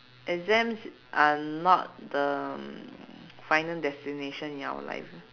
exams are not the um final destination in our life